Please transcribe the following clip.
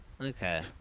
Okay